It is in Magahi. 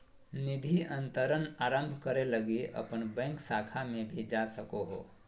निधि अंतरण आरंभ करे लगी अपन बैंक शाखा में भी जा सको हो